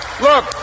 Look